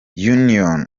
union